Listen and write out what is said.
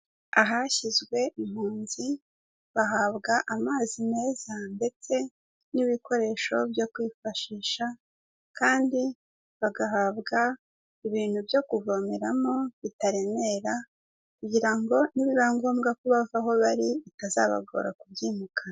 Ahashyizwe impunzi bahabwa amazi meza ndetse n'ibikoresho byo kwifashisha kandi bagahabwa ibintu byo kuvomeramo bitaremera, kugira ngo nibiba ngombwa ko bavaho bari bitazabagora kubyimukana.